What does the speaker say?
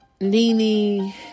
NeNe